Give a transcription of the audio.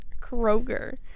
kroger